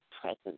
presence